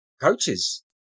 coaches